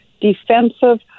defensive